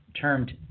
termed